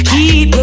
Keep